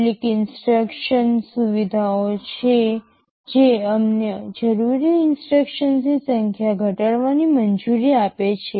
કેટલીક ઇન્સટ્રક્શન સુવિધાઓ છે જે અમને જરૂરી ઇન્સટ્રક્શન્સની સંખ્યા ઘટાડવાની મંજૂરી આપે છે